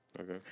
Okay